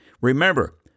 Remember